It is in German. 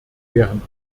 wären